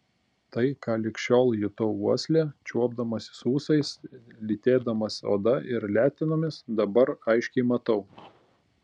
tai ką lig šiol jutau uosle čiuopdamas ūsais lytėdamas oda ir letenomis dabar aiškiai matau